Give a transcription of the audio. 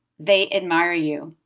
they admire you.